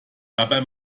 dabei